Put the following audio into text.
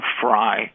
fry